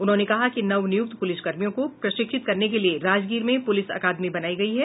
उन्होंने कहा कि नवनियुक्त पुलिस कर्मियों को प्रशिक्षित करने के लिए राजगीर में पुलिस अकादमी बनायी गयी है